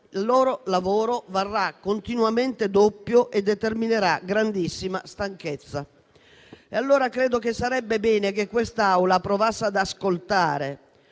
il loro lavoro varrà continuamente doppio e determinerà grandissima stanchezza. Ritengo pertanto che sarebbe bene che quest'Assemblea provasse ad ascoltare